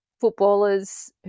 Footballers